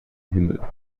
himmel